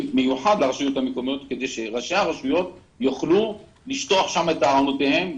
מיוחד לרשויות המקומיות כדי שראשי הרשויות יוכלו לשטוח שם את טענותיהם.